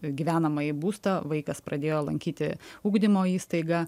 gyvenamąjį būstą vaikas pradėjo lankyti ugdymo įstaigą